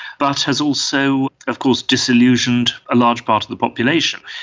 but has also of course disillusioned a large part of the population.